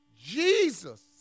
Jesus